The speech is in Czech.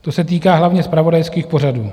To se týká hlavně zpravodajských pořadů.